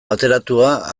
bateratua